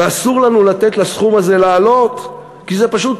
ואסור לנו לתת לסכום הזה לעלות, כי זה פשוט